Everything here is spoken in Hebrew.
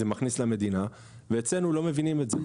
כמה זה מכניס למדינה, ואצלנו לא מבינים את זה.